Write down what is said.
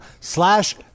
slash